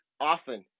often